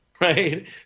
right